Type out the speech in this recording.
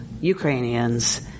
Ukrainians